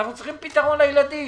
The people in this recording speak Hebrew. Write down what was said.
אנחנו צריכים פתרון לילדים.